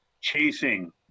chasing